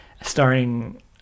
starring